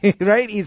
Right